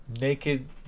Naked